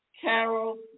Carol